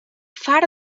far